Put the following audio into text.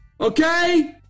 Okay